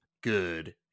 good